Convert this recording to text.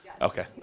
Okay